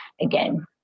again